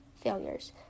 failures